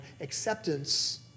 acceptance